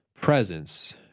presence